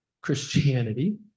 Christianity